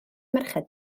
merched